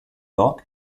york